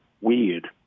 weird